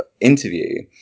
interview